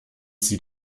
sie